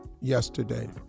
yesterday